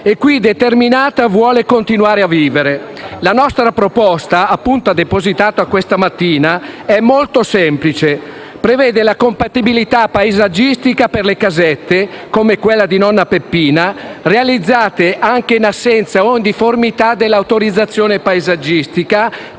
E qui, determinata, vuole continuare a vivere. La nostra proposta, depositata questa mattina, è molto semplice e prevede la compatibilità paesaggistica per le casette come quella di nonna Peppina, realizzate anche in assenza o in difformità dell'autorizzazione paesaggistica,